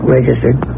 registered